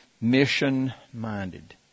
mission-minded